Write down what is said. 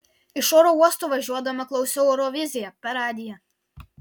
iš oro uosto važiuodama klausiau euroviziją per radiją